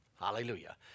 Hallelujah